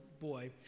boy